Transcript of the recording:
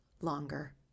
longer